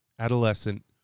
adolescent